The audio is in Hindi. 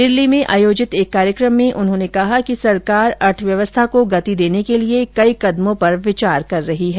दिल्ली में आयोजित एक कार्यक्रम में उन्होंने कहा कि सरकार अर्थव्यवस्था को गति देने के लिए कई कदमों पर विचार कर रही है